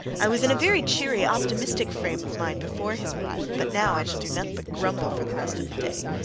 i was in a very cheery, optimistic frame of mind before his arrival, but now i shall do nothing but grumble for the rest of the day.